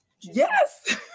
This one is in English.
Yes